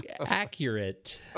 accurate